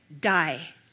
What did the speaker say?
die